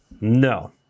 No